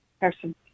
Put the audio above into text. person